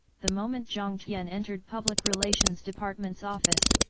the moment jiang tian entered public relations department's office,